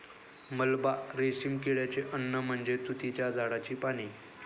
मलबा रेशीम किड्याचे अन्न म्हणजे तुतीच्या झाडाची पाने